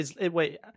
Wait